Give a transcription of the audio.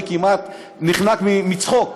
אני כמעט נחנק מצחוק,